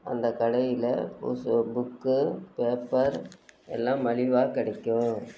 அந்த கடையில் புஸ்சு புக்கு பேப்பர் எல்லாம் மலிவாக கிடைக்கும்